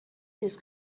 his